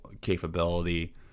capability